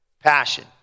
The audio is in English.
Passion